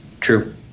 True